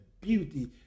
beauty